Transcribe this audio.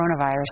coronavirus